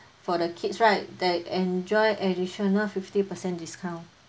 for the kids right they enjoy additional fifty percent discount